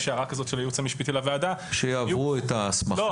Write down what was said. הערה כזאת של הייעוץ המשפטי לוועדה ---- שיעברו את ההסמכה.